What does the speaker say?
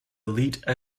elite